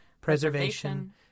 preservation